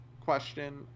question